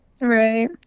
Right